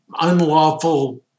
unlawful